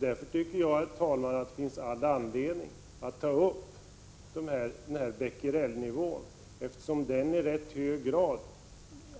Därför tycker jag, herr talman, att det finns all anledning att diskutera Bequerelnivån, eftersom den i rätt hög grad